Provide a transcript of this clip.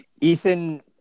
ethan